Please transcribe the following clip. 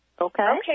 Okay